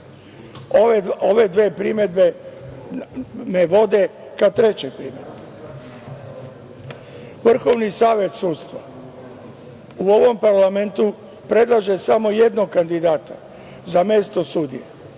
Ove dve primedbe me vode ka trećoj primedbi. Vrhovni savet sudstva, u ovom parlamentu, predlaže samo jednog kandidata za mesto sudije.